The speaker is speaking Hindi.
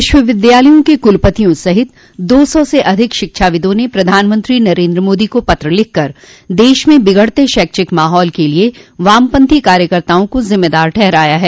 विश्वविद्यालयों के कुलपतियों सहित दो सौ से अधिक शिक्षाविदों ने प्रधानमंत्री नरेंद्र मोदी को पत्र लिखकर देश में बिगड़ते शैक्षिक माहौल के लिए वामपंथी कार्यकर्ताओं को जिम्मेदार ठहराया है